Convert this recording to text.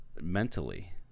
mentally